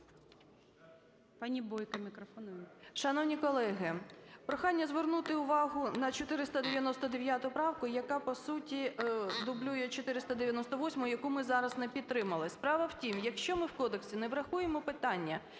Пані Бойко, мікрофон